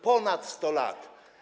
Ponad 100 lat.